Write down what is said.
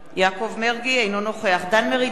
אינו נוכח דן מרידור,